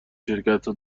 شرکتها